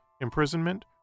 imprisonment